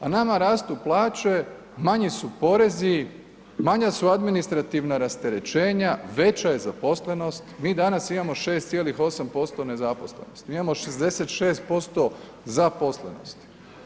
A nama rastu plaće, manji su porezi, manja su administrativna rasterećenja, veća je zaposlenost, mi danas imamo 6,8% nezaposlenosti, mi imamo 66% zaposlenosti.